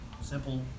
Simple